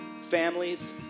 families